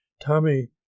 Tommy